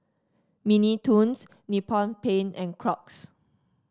Mini Toons Nippon Paint and Crocs